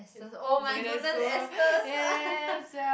Astons oh-my-goodness Astons